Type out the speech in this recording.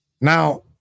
Now